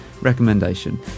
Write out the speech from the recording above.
Recommendation